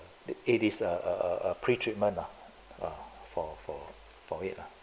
it is a a a pre-treatment lah for for for it lah